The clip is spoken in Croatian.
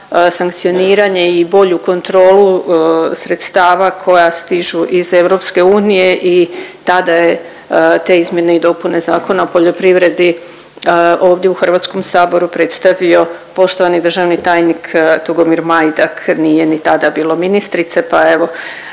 sankcioniranje i bolju kontrolu sredstava koja stižu iz EU i tada je te izmjene i dopune Zakona o poljoprivredi ovdje u HS predstavio poštovani državni tajnik Tugomir Majdak, nije ni tada bilo ministrice, pa evo